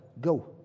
go